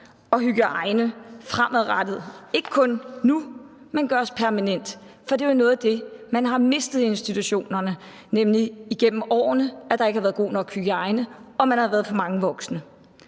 og hygiejne fremadrettet, så det ikke kun gælder nu, men gøres permanent. For det er noget af det, man har mistet i institutionerne igennem årene, nemlig at der ikke har været god nok hygiejne, og at man har været for få voksne.